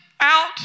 out